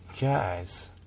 Guys